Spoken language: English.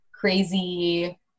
crazy